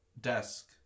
desk